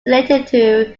related